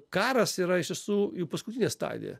karas yra iš tiesų paskutinė stadija